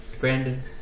Brandon